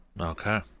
Okay